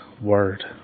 word